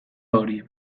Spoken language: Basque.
hori